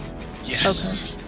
yes